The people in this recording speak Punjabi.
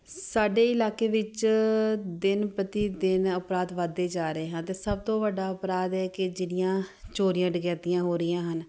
ਸਾਡੇ ਇਲਾਕੇ ਵਿੱਚ ਦਿਨ ਪ੍ਰਤੀ ਦਿਨ ਅਪਰਾਧ ਵੱਧਦੇ ਜਾ ਰਹੇ ਹਾਂ ਅਤੇ ਸਭ ਤੋਂ ਵੱਡਾ ਅਪਰਾਧ ਹੈ ਕਿ ਜਿਹੜੀਆਂ ਚੋਰੀਆਂ ਡਕੈਤੀਆਂ ਹੋ ਰਹੀਆਂ ਹਨ